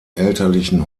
elterlichen